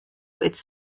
its